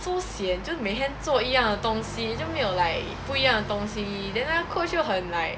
so sian 就是每天做一样的东西就没有 like 不一样的东西 then 那个 coach 又很 like